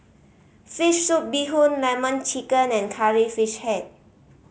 fish soup bee hoon Lemon Chicken and Curry Fish Head